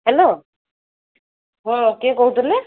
hello ହଁ କିଏ କହୁଥିଲେ